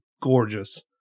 gorgeous